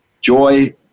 joy